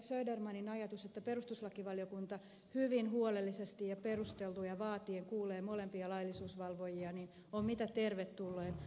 södermanin ajatus että perustuslakivaliokunta hyvin huolellisesti ja perusteluja vaatien kuulee molempia laillisuusvalvojia on mitä tervetullein